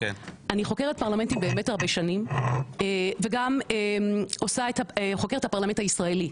אני חוקרת פרלמנטים באמת הרבה שנים וגם חוקרת את הפרלמנט הישראלי,